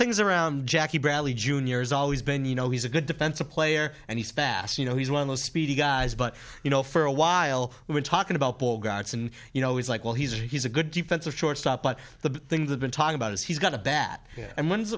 things around jackie bradley junior's always been you know he's a good defensive player and he's fast you know he's one of those speedy guys but you know for a while we were talking about ball guards and you know he's like well he's a he's a good defensive shortstop but the thing that been talking about is he's got a bat and on